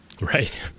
Right